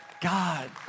God